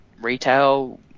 retail